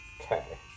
Okay